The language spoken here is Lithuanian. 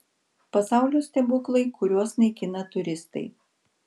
pasaulio stebuklai kuriuos naikina turistai